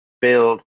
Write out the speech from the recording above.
build